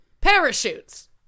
parachutes